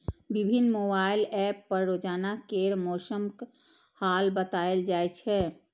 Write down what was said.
विभिन्न mobile app पर रोजाना केर मौसमक हाल बताएल जाए छै